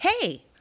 Hey